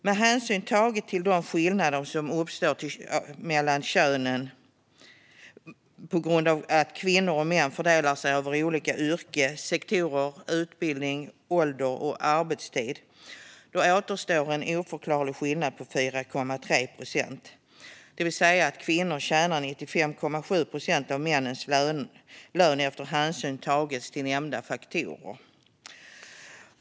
Med hänsyn tagen till de skillnader som uppstår mellan könen på grund av att kvinnor och män fördelar sig över olika yrken, sektorer, utbildning, ålder och arbetstid återstår en oförklarlig skillnad på 4,3 procent, det vill säga att kvinnor tjänar 95,7 procent av männens lön efter att hänsyn tagits till nämnda faktorer.